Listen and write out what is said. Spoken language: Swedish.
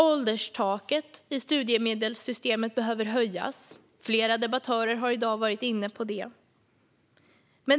Ålderstaket i studiemedelssystemet behöver höjas. Flera debattörer har varit inne på det i dag. Fru talman!